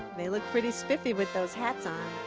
they look pretty spiffy with those hats on.